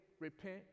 repent